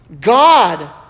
God